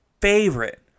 favorite